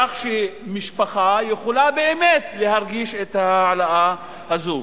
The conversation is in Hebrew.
כך שמשפחה יכולה באמת להרגיש את ההעלאה הזו.